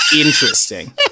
interesting